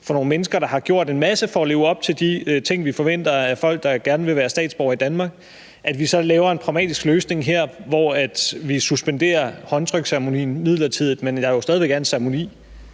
for nogle mennesker, der har gjort en masse for at leve op til de ting, vi forventer af folk, der gerne vil være statsborgere i Danmark, og så laver en pragmatisk løsning her, hvor vi suspenderer håndtryksceremonien midlertidigt, men hvor der jo stadig væk er en ceremoni?